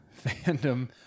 Fandom